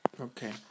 Okay